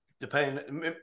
depending